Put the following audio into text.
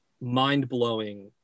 mind-blowing